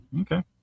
Okay